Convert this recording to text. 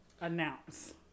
Announce